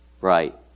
Right